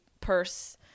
purse